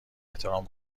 احترام